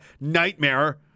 nightmare